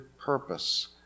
purpose